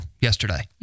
yesterday